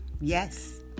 yes